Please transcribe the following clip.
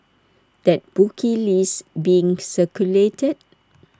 that bookie list being circulated